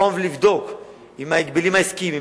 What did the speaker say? לבחון ולבדוק עם ההגבלים העסקיים,